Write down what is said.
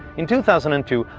in two thousand and two,